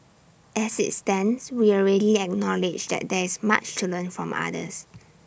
as IT stands we already acknowledge that there is much to learn from others